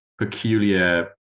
peculiar